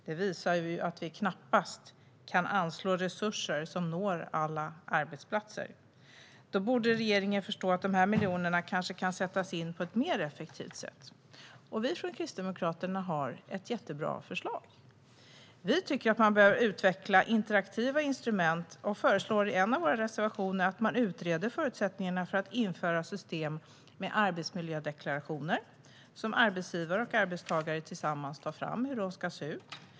Det visar att vi knappast kan anslå resurser som når alla arbetsplatser. Då borde regeringen förstå att dessa miljoner kanske kan sättas in på ett mer effektivt sätt. Vi från Kristdemokraterna har ett jättebra förslag. Vi tycker att man behöver utveckla interaktiva instrument. Vi föreslår i en av våra reservationer att man utreder förutsättningarna för att införa ett system med arbetsmiljödeklarationer där arbetsgivare och arbetstagare tillsammans tar fram hur de ska se ut.